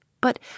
But